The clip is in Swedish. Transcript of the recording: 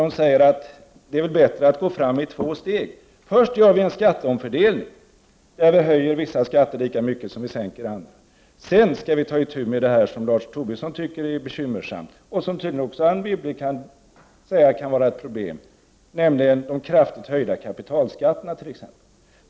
Hon säger att det är bättre att gå fram i två steg, dvs. att först göra en skatteomfördelning, genom att höja vissa skatter lika mycket som andra sänks, och sedan ta itu med det som Lars Tobisson tycker är bekymmersamt — och som Anne Wibble tydligen också kan se som ett problem — nämligen de kraftigt höjda kapitalskatterna.